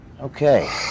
Okay